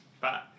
Bye